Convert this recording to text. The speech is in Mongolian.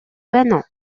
байна